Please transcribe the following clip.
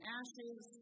ashes